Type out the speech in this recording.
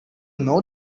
know